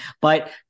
but-